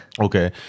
Okay